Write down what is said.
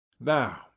now